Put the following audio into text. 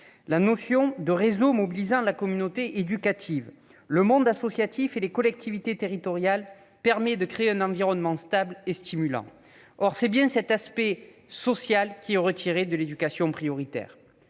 La notion de réseau mobilisant la communauté éducative, le monde associatif et les collectivités territoriales permet de créer un environnement stable et stimulant. Or c'est bien cet aspect social qui est retiré de l'éducation prioritaire.